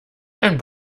ein